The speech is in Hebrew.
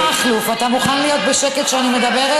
מר מיקי מכלוף, אתה מוכן להיות בשקט כשאני מדברת?